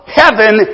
heaven